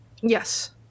Yes